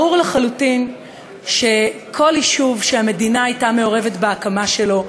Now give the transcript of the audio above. ברור לחלוטין שכל יישוב שהמדינה הייתה מעורבת בהקמה שלו,